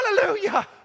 Hallelujah